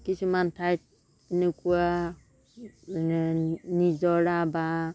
কিছুমান ঠাইত এনেকুৱা মানে নিজৰা বা